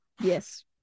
yes